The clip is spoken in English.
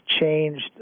changed